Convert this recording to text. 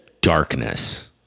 darkness